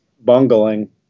bungling